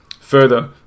Further